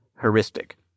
heuristic